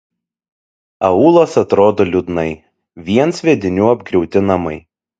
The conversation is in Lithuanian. aūlas atrodo liūdnai vien sviedinių apgriauti namai